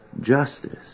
justice